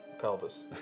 pelvis